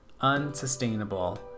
unsustainable